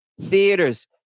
theaters